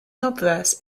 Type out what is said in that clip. obverse